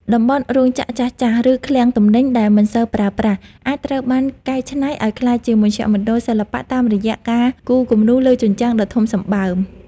តំបន់រោងចក្រចាស់ៗ ឬឃ្លាំងទំនិញដែលមិនសូវប្រើប្រាស់ អាចត្រូវបានកែច្នៃឱ្យក្លាយជាមជ្ឈមណ្ឌលសិល្បៈតាមរយៈការគូរគំនូរលើជញ្ជាំងដ៏ធំសម្បើម។